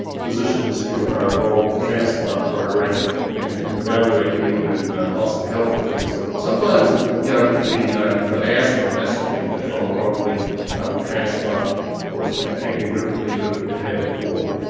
physicians who are involved with the transplant program and who can evaluate you and possibly help with things. sometimes like yeah it could be you've got asthma and that's not being controlled properly after transplant or acting differently than it had before.